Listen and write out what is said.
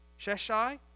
Sheshai